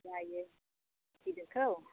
जायो गिदिरखौ